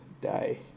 die